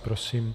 Prosím.